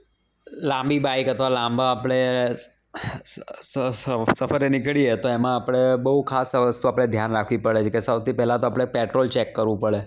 લાંબી બાઇક અથવા લાંબા આપણે સફરે નીકળીએ તો એમાં આપણે બહુ ખાસ વસ્તુઓ આપણે ધ્યાન રાખવી પડે છે કે સૌથી પહેલાં તો આપણે પેટ્રોલ ચેક કરવું પડે